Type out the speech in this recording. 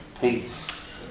peace